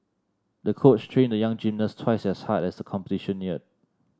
the coach trained the young gymnast twice as hard as the competition neared